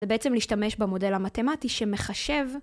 זה בעצם להשתמש במודל המתמטי שמחשב